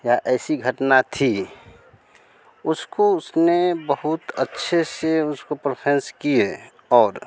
यह ऐसी घटना थी उसको उसने बहुत अच्छे से उसको प्रसेंस किए और